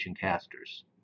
casters